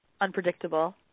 unpredictable